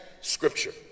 scripture